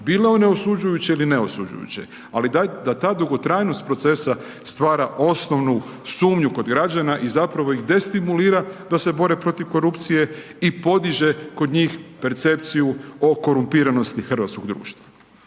bile one osuđujuće ili ne osuđujuće ali dajte da ta dugotrajnost procesa stvara osnovnu sumnju kod građana i zapravo ih destimulira da se bore protiv korupcije i podiže kod njih percepciju o korumpiranosti hrvatskog društva.